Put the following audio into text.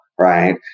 right